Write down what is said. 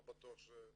לא בטוח ש-